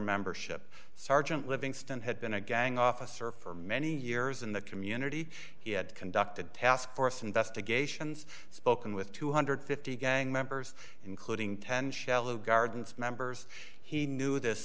membership sergeant livingston had been a gang officer for many years in the community he had conducted task force investigations spoken with two hundred and fifty gang members including ten shallow gardens members he knew this